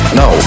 no